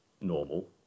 normal